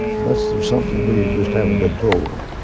unless there's something we just haven't been told.